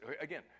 again